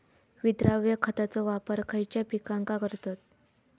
विद्राव्य खताचो वापर खयच्या पिकांका करतत?